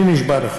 אני נשבע לך